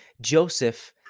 Joseph